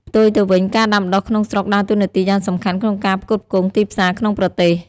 ផ្ទុយទៅវិញ ការដាំដុះក្នុងស្រុកដើរតួនាទីយ៉ាងសំខាន់ក្នុងការផ្គត់ផ្គង់ទីផ្សារក្នុងប្រទេស។